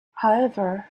however